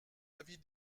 avis